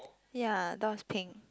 ya dust punk